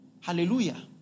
Hallelujah